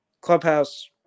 Clubhouse